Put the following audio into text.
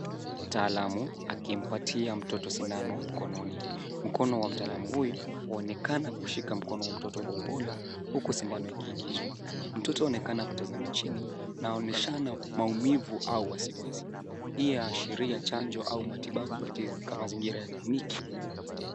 Mtaalam akimpatia mtoto sindano mkononi. Mkono wa mtaalam huyu waonekana kushika mkono kwa upole huku sindano ikingiizwa. Mtoto anaonekana kutazama chini, anaoneshana maumivu au wasiwasi. Hii yaashiria chanjo au matibabu katika mazingira ya kliniki.